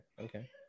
okay